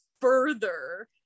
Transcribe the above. further